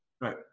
Right